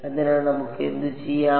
അതിനാൽ നമുക്ക് അത് ചെയ്യാം